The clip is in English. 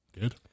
Good